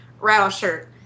Rattleshirt